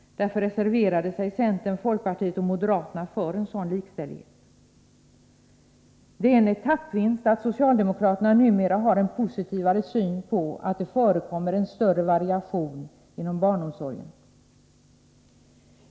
Därför reserverade sig centern, folkpartiet och moderaterna för en sådan likställighet. Det är en etappvinst att socialdemokraterna numera har en positivare syn på att det förekommer en större variation inom barnomsorgen.